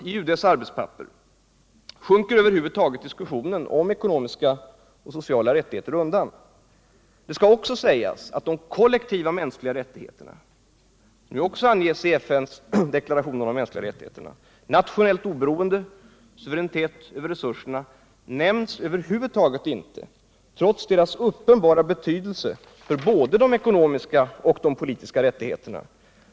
I UD:s arbetspapper sjunker över huvud taget diskussionen om ekonomiska och sociala rättigheter efter hand undan. Det skall också sägas att de kollektiva mänskliga rättigheterna, som också anges i FN:s deklaration om de mänskliga rättigheterna — nationellt oberoende, suveränitet över resurserna — över huvud taget inte nämns, trots deras uppenbara betydelse för både de ekonomiska och de politiska rättigheterna.